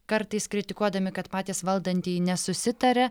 kartais kritikuodami kad patys valdantieji nesusitaria